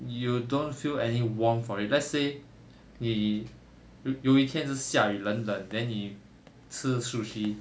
you don't feel any warm for it let's say 你有有一天是下雨冷冷 then 你吃 sushi